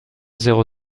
zéro